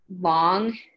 Long